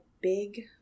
big